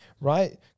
right